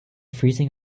freezing